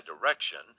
direction